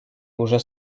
уже